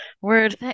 word